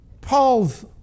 Paul's